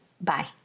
Bye